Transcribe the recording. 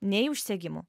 nei užsegimų